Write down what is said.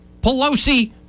Pelosi